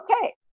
okay